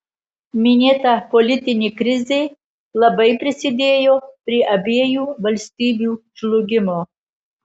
minėta politinė krizė labai prisidėjo prie abiejų valstybių žlugimo